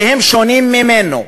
שהם שונים ממנו.